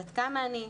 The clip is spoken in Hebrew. בת כמה אני,